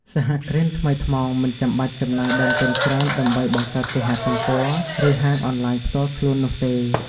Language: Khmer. សហគ្រិនថ្មីថ្មោងមិនចាំបាច់ចំណាយដើមទុនច្រើនដើម្បីបង្កើតគេហទំព័រ ឬហាងអនឡាញផ្ទាល់ខ្លួននោះទេ។